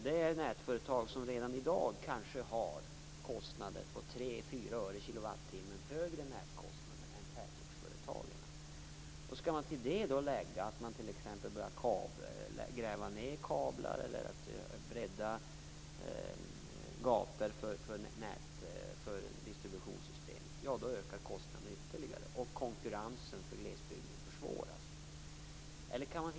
Det är nätföretag som redan i dag kanske har 3-4 öre högre nätkostnader per kilowattimme än tätortsföretagen. Skall man till detta lägga att kablar skall grävas ned eller att gator skall breddas för distributionssystemet, ja, då ökar kostnaderna ytterligare och konkurrensen för glesbygden försvåras.